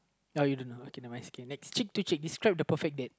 oh you don't know okay never mind skip next cheek to cheek describe the perfect date